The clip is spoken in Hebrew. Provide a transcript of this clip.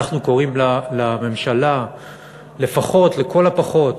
אנחנו קוראים לממשלה לפחות, לכל הפחות,